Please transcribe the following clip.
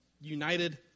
united